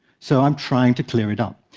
so i'm trying to clear it up.